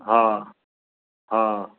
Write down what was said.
हा हा